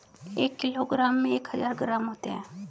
एक किलोग्राम में एक हजार ग्राम होते हैं